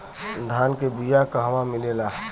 धान के बिया कहवा मिलेला?